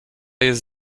jest